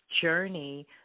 journey